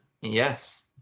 Yes